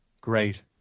Great